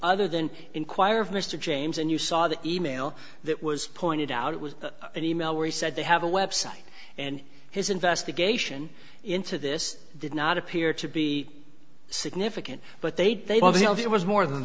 other than inquire of mr james and you saw the e mail that was pointed out it was an e mail where he said they have a website and his investigation into this did not appear to be significant but they'd they've all the you know it was more than